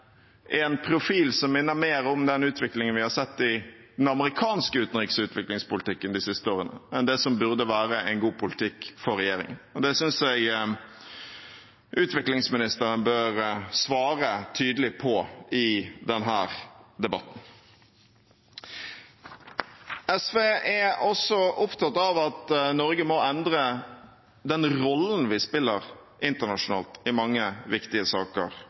en profil som minner mer om den utviklingen vi har sett i den amerikanske utenriks- og utviklingspolitikken de siste årene, enn det som burde være en god politikk for regjeringen. Det synes jeg utviklingsministeren bør svare tydelig på i denne debatten. SV er også opptatt av at Norge må endre den rollen vi spiller internasjonalt i mange viktige saker